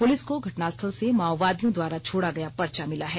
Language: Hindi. पुलिस को घटनास्थल से माओवादियों द्वारा छोड़ा गया पर्चा मिला है